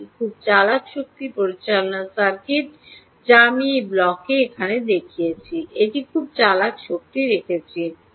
একটি খুব চালাক শক্তি পরিচালনা সার্কিট যা আমি এই ব্লকে এখানে দেখিয়েছি একটি খুব চালাক শক্তি রেখেছি